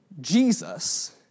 Jesus